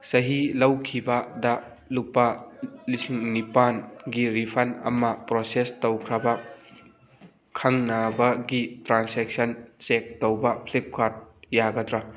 ꯆꯍꯤ ꯂꯧꯈꯤꯕꯗ ꯂꯨꯄꯥ ꯂꯤꯁꯤꯡ ꯅꯤꯄꯥꯟꯒꯤ ꯔꯤꯐꯟ ꯑꯃ ꯄ꯭ꯔꯣꯁꯦꯁ ꯇꯧꯈ꯭ꯔꯕ ꯈꯪꯅꯕꯒꯤ ꯇ꯭ꯔꯥꯟꯁꯦꯛꯁꯟ ꯆꯦꯛ ꯇꯧꯕ ꯐ꯭ꯂꯤꯞ ꯀꯥꯔꯠ ꯌꯥꯒꯗ꯭ꯔꯥ